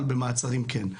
אבל במעצרים כן.